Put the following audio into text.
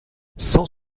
cent